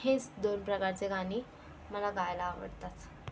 हेच दोन प्रकारचे गाणी मला गायला आवडतात